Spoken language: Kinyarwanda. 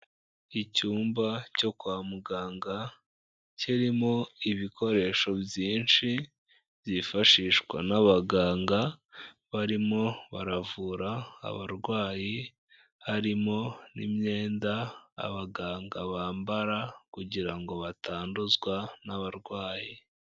Icyumba cyo kwa muganga, kirimo ibikoresho byinshi, byifashishwa n'abaganga barimo baravura abarwayi, harimo n'imyenda abaganga bambara kugira ngo batanduzwa n'abarwayi.